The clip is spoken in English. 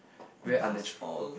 very unnatural